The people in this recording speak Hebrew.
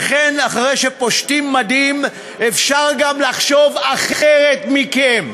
וכן, אחרי שפושטים מדים אפשר גם לחשוב אחרת מכם,